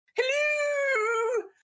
hello